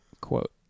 Quote